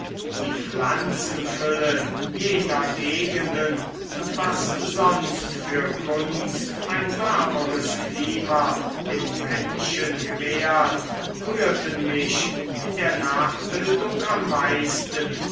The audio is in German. die pflanzenfülle jener gegenden und was sonst für gunst ein wärmeres klima den menschen gewährt rührten mich in der nachbildung am meisten